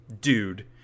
dude